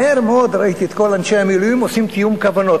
מהר מאוד ראיתי את כל אנשי המילואים עושים תיאום כוונות,